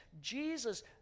Jesus